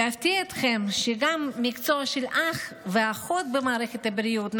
ואפתיע אתכם שגם המקצוע של אח ואחות במערכת הבריאות,